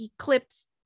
eclipse